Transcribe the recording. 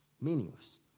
meaningless